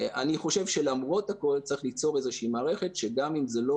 אני חושב שלמרות הכול צריך ליצור מערכת שגם אם זה לא